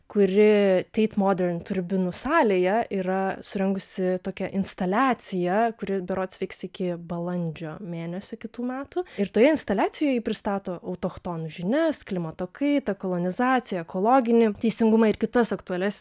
kuri teit modern turbinų salėje yra surengusi tokią instaliaciją kuri berods veiks iki balandžio mėnesio kitų metų ir toje instaliacijoj ji pristato autochtonų žinias klimato kaitą kolonizaciją ekologinį teisingumą ir kitas aktualias